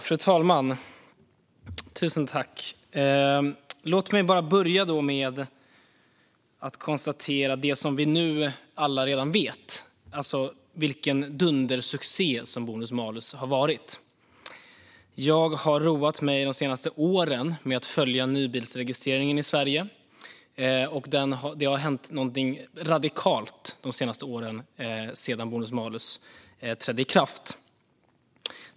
Fru talman! Låt mig börja med att konstatera det vi nu alla redan vet, nämligen vilken dundersuccé bonus-malus har varit. Jag har de roat mig med att följa nybilsregistreringen i Sverige de senaste åren, och det har hänt någonting radikalt sedan bonus-malus trädde i kraft.